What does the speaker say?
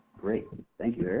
great. thank you, eric.